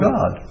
God